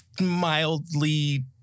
mildly